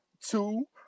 two